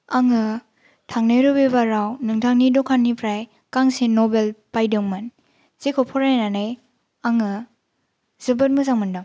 आङो थांनाय रबिबाराव नोंथांनि दखाननिफ्राय गांसे नभेल बायदोंमोन जेखौ फरायनानै आङो जोबोद मोजां मोनदों